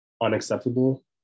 unacceptable